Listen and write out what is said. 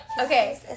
okay